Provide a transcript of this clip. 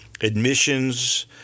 admissions